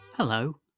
Hello